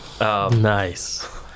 nice